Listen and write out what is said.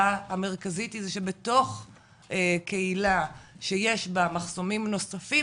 המרכזית היא זה שבתוך קהילה שיש בה מחסומים נוספים,